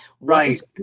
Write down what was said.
Right